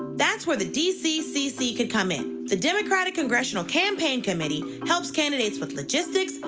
that's where the dccc could come in. the democratic congressional campaign committee helps candidates with logistics, ah